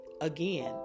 again